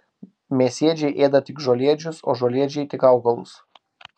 mėsėdžiai ėda tik žolėdžius o žolėdžiai tik augalus